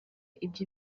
ibyo